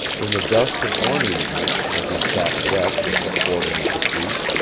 in the dusk of one evening, as he sat wet with the fording of the creek,